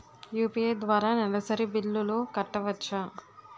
UPI ద్వారా నెలసరి బిల్లులు కట్టవచ్చా?